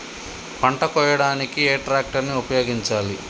పంట కోయడానికి ఏ ట్రాక్టర్ ని ఉపయోగించాలి?